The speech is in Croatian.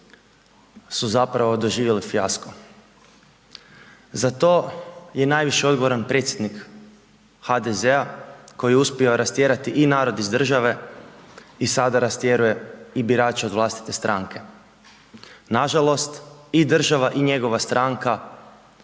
su zapravo doživjeli fijasko. Za to je najviše odgovoran predsjednik HDZ-a koji je uspio rastjerati i narod iz države i sada rastjeruje i birače od vlastite stranke. Nažalost i država i njegova stranka